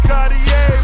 Cartier